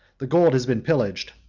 the gold has been pillaged,